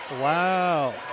Wow